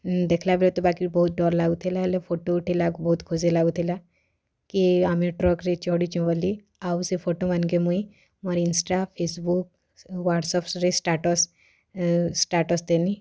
ଦେଖିଲା ବେଳେ ତା ବାକି ବହୁତ ଡର ଲାଗୁଥିଲା ହେଲେ ଫଟୋ ଉଠେଇଲାକୁ ବହୁତ ଖୁସି ଲାଗୁଥିଲା କି ଆମେ ଟ୍ରାକ୍ରେ ଚଢ଼ିଚୁଁ ବୋଲି ଆଉ ସେ ଫଟୋ ମାନକେ ମୁଇଁ ମୋର ଇନଷ୍ଟା ଫେସବୁକ୍ ଆଉ ହ୍ଵାଟ୍ସଆପ୍ରେ ଷ୍ଟାଟସ୍ ଷ୍ଟାଟସ ଦେନି